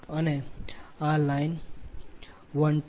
1 j0